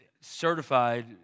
certified